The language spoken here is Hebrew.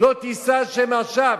לא תישא שם לשווא.